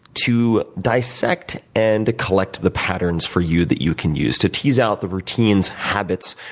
to dissect and collect the patterns for you that you can use. to tease out the routines, habits,